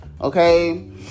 Okay